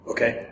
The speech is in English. Okay